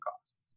costs